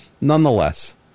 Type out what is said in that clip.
nonetheless